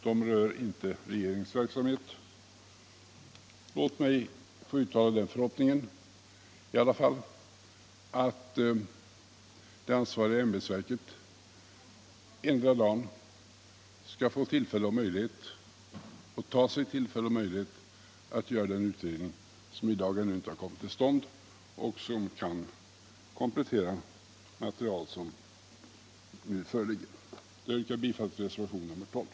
De rör inte regeringens verksamhet. Låt mig i alla fall få uttala den förhoppningen att det ansvariga ämbetsverket endera dagen skall få möjlighet att och ta tillfället i akt att göra den utredning som i dag ännu inte har kommit till stånd och som kan komplettera det material som nu föreligger. Jag yrkar bifall till reservationen 12.